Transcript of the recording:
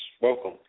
welcome